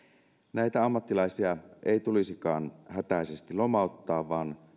näitä ammattilaisia ei tulisikaan hätäisesti lomauttaa vaan